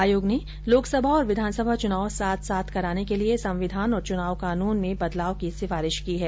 आयोग ने लोकसभा और विधानसभा चुनाव साथ साथ कराने के लिए संविधान और चुनाव कानून में बदलाव की सिफारिश की है